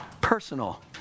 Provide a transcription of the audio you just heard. personal